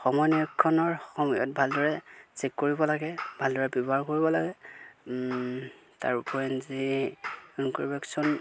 সময় নিৰীক্ষণৰ সময়ত ভালদৰে চেক কৰিব লাগে ভালদৰে ব্যৱহাৰ কৰিব লাগে তাৰ উপৰিঞ্চি ইউকুবেশ্য়ন